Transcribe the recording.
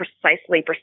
precisely